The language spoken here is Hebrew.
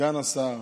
סגן השר,